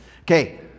Okay